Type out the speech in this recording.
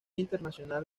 internacional